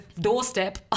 doorstep